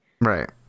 Right